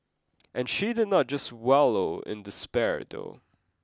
and she did not just wallow in despair though